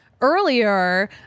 earlier